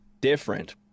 different